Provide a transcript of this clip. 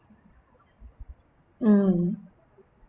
mm